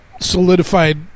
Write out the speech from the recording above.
solidified